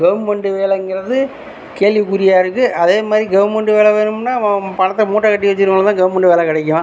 government வேலைங்கிறது கேள்விக்குறியாகருக்கு அதேமாதிரி கவுர்மெண்ட் வேலை வேணும்ன்னால் அவன் பணத்தை மூட்டை கட்டி வச்சிருக்கிறவங்களுக்கு தான் கவர்மெண்டு வேலை கிடைக்கும்